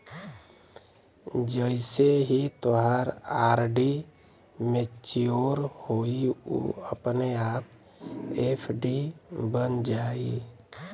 जइसे ही तोहार आर.डी मच्योर होइ उ अपने आप एफ.डी बन जाइ